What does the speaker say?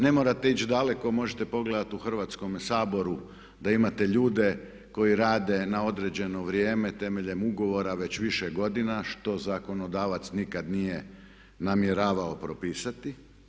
Ne morate ići daleko, možete pogledati u Hrvatskome saboru da imate ljude koji rade na određeno vrijeme temeljem ugovora već više godina što zakonodavac nikad nije namjeravao propisati.